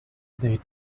they